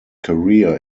career